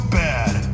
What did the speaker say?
bad